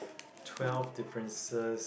twelve differences